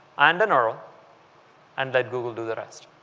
and an url and let google do the rest.